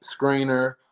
screener